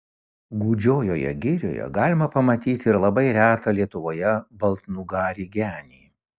gūdžioje girioje galima pamatyti ir labai retą lietuvoje baltnugarį genį